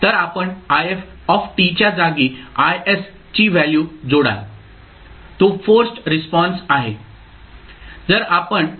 तर आपण if च्या जागी Is ची व्हॅल्यू जोडाल तो फोर्सड रिस्पॉन्स आहे